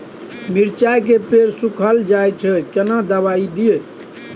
मिर्चाय के पेड़ सुखल जाय छै केना दवाई दियै?